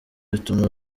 bituma